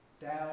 down